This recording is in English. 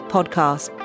Podcast